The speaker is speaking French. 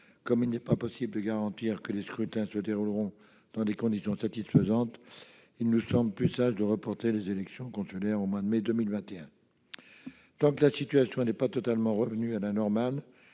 Comme on ne peut pas garantir que les scrutins se dérouleront dans des conditions satisfaisantes, il nous semble plus sage de reporter les élections consulaires au mois de mai 2021. Au surplus, tant que la situation n'est pas totalement revenue à la normale,